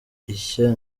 ishya